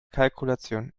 kalkulation